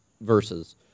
verses